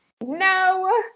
No